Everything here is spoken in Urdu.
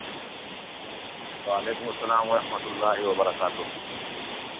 وعلیکم السّلام و رحمتہ اللہ وبرکاتہ